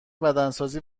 بدنسازی